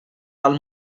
dal